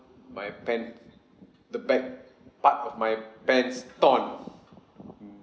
my pant the back part of my pants torn mm